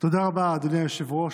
תודה רבה, אדוני היושב-ראש.